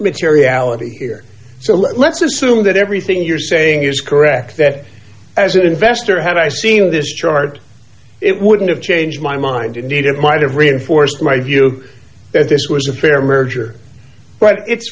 materiality here so let's assume that everything you're saying is correct that as an investor had i seen this chart it wouldn't have changed my mind indeed it might have reinforced my view that this was a fair merger but it's